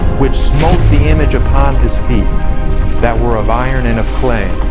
which smote the image upon his feet that were of iron and ah clay,